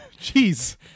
Jeez